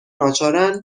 ناچارا